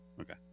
Okay